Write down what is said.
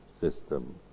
system